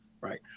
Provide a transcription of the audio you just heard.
right